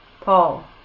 Paul